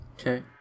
Okay